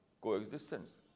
coexistence